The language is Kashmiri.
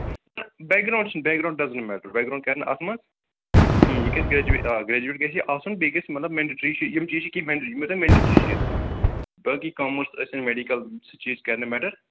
بِیک گراوُنٛڈ چھِنہٕ background doesn't matter background کَرِ نہٕ اَتھ منٛز کِہیٖنٛۍ یہِ گَژِھ گَریجوِیٹ آ گَریجوِیٹ گَژِھِ یہِ آسُن بیٚیہِ گَژِھِ مطلب میٚنٛڈیٹری یِم چیٖز چھِ کیٚنٛہہ مینٛڈِیٹری یِم گژھَن میٚنٛڈیٹری چیٖز اِنوالوٗ باقٕے کامٲرٕس ٲسٮِن یا میڈِکَل تِم چیٖز کَرَن نہٟ میٹَر